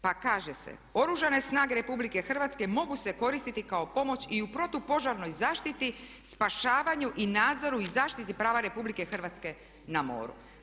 Pa kaže se: "Oružane snage RH mogu se koristiti kao pomoć i u protupožarnoj zaštiti, spašavanju i nadzoru i zaštiti prava RH na moru.